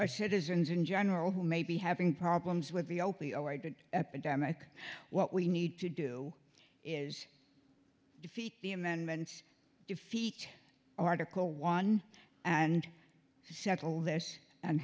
our citizens in general who may be having problems with the epidemic what we need to do is defeat the amendments defeat article one and settle this and